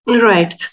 Right